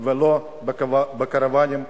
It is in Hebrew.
ולא בקרוונים,